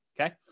okay